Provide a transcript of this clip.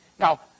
Now